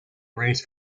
race